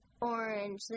orange